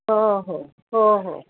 हो हो हो हो